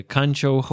Kancho